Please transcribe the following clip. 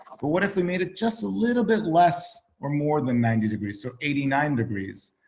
but what if we made it just a little bit less or more than ninety degrees, so eighty nine degrees.